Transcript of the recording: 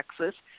Texas